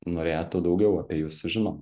norėtų daugiau apie jus sužino